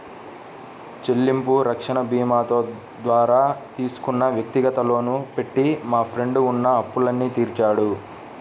చెల్లింపు రక్షణ భీమాతో ద్వారా తీసుకున్న వ్యక్తిగత లోను పెట్టి మా ఫ్రెండు ఉన్న అప్పులన్నీ తీర్చాడు